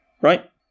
Right